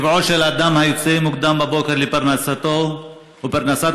טבעו של אדם היוצא מוקדם בבוקר לפרנסתו ולפרנסת